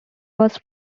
was